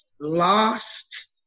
lost